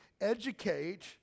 educate